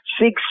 six